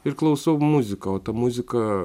ir klausau muziką o ta muzika